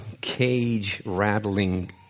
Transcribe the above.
cage-rattling